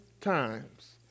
times